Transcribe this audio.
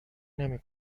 نمی